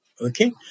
Okay